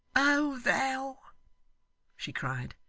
oh thou she cried,